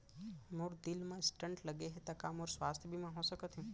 मोर दिल मा स्टन्ट लगे हे ता का मोर स्वास्थ बीमा हो सकत हे?